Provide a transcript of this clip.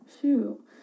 Shoot